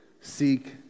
Seek